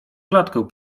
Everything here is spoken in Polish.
klatkę